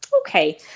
Okay